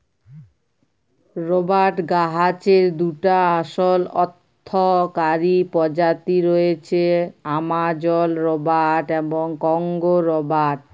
রবাট গাহাচের দুটা আসল অথ্থকারি পজাতি রঁয়েছে, আমাজল রবাট এবং কংগো রবাট